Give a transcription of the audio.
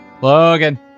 Logan